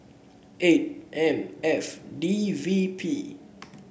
eight M F D V P